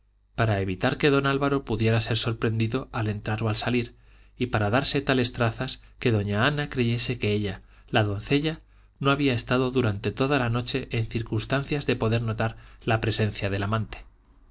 para evitar que don álvaro pudiera ser sorprendido al entrar o al salir y para darse tales trazas que doña ana creyese que ella la doncella no había estado durante toda la noche en circunstancias de poder notar la presencia del amante